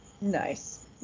Nice